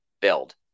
build